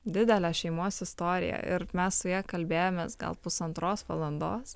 didelę šeimos istoriją ir mes su ja kalbėjomės gal pusantros valandos